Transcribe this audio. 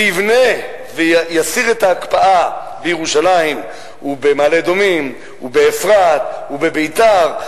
ויבנה ויסיר את ההקפאה בירושלים ובמעלה-אדומים ובאפרת ובביתר,